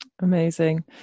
amazing